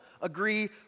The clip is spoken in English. agree